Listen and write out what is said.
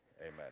Amen